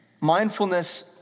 Mindfulness